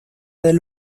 del